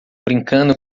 brincando